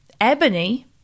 Ebony